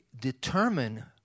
determine